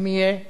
אם יהיה תיעוד,